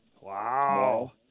Wow